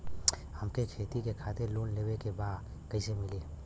हमके खेती करे खातिर लोन लेवे के बा कइसे मिली?